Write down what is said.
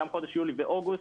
גם חודש יולי ואוגוסט,